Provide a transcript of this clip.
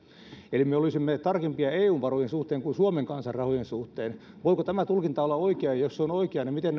eli me olisimme tarkempia eun varojen suhteen kuin suomen kansan rahojen suhteen voiko tämä tulkinta olla oikea ja jos se on oikea niin miten